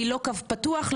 לא קו פתוח,